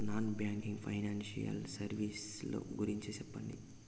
Non banking financial services ల గురించి సెప్పండి?